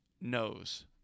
knows